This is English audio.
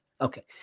Okay